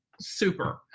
super